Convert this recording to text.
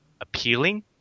appealing